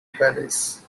palace